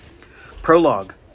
Prologue